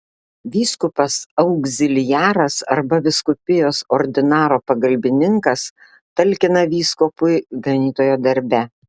vyskupas augziliaras arba vyskupijos ordinaro pagalbininkas talkina vyskupui ganytojo darbe